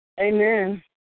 Amen